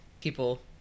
people